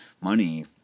money